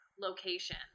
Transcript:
location